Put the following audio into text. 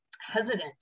hesitant